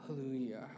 Hallelujah